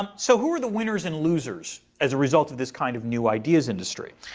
um so who are the winners and losers as a result of this kind of new ideas industry?